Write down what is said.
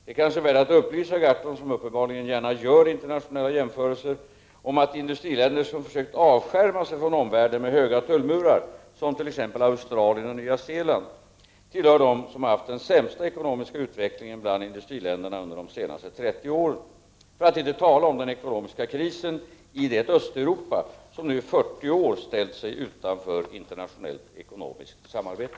Det är kanske värt att upplysa Gahrton, som uppenbarligen gärna gör internationella jämförelser, om att industriländer som försökt avskärma sig från omvärlden med höga tullmurar, som t.ex. Australien och Nya Zeeland, tillhör dem som haft den sämsta ekonomiska utvecklingen bland industriländerna under de senaste trettio åren. Vi skall då inte tala om den ekonomiska krisen i det Östeuropa, som nu i 40 år ställt sig utanför internationellt ekonomiskt samarbete.